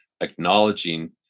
acknowledging